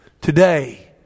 Today